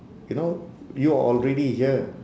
you know you are already here